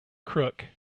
crook